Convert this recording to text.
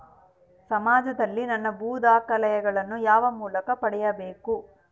ಸಮಾಜದಲ್ಲಿ ನನ್ನ ಭೂ ದಾಖಲೆಗಳನ್ನು ಯಾವ ಮೂಲಕ ಪಡೆಯಬೇಕು?